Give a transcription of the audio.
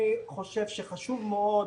אני חושב שחשוב מאוד,